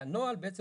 והנוהל הוא בעצם